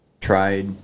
tried